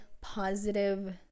positive